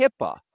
HIPAA